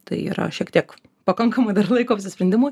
tai yra šiek tiek pakankamai dar laiko apsisprendimui